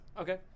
Okay